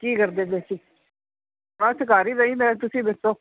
ਕੀ ਕਰਦੇ ਤੁਸੀਂ ਬਸ ਘਰ ਹੀ ਰਹੀ ਦਾ ਤੁਸੀਂ ਦੱਸੋ